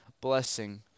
blessing